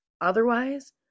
Otherwise